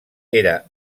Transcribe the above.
era